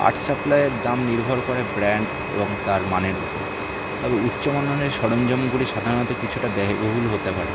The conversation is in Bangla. আর্ট সাপ্লাইয়ের দাম নির্ভর করে ব্র্যান্ড এবং তার মানের উপর তবে উচ্চ মানের সরঞ্জামগুলি সাধারণত কিছুটা ব্যয়বহুল হতে পারে